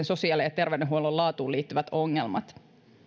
sosiaali ja terveydenhuollon laatuun liittyvät ongelmat